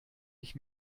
ich